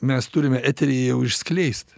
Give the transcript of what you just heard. mes turime etery jau išskleist